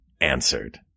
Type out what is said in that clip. answered